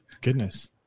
Goodness